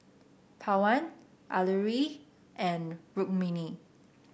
Pawan Alluri and Rukmini